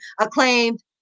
acclaimed